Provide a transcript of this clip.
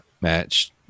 match